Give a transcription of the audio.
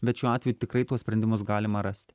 bet šiuo atveju tikrai tuos sprendimus galima rasti